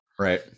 right